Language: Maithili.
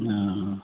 ने